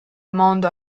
mondo